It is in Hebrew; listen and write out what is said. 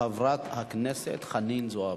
חברת הכנסת חנין זועבי.